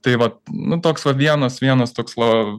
tai vat nu toks vat vienas vienas toks la